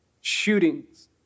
shootings